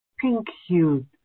pink-hued